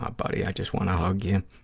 ah buddy, i just want to hug you.